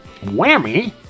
Whammy